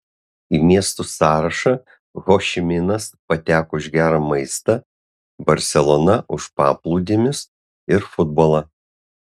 į miestų sąrašą ho ši minas pateko už gerą maistą barselona už paplūdimius ir futbolą